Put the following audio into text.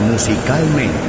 Musicalmente